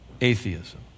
atheism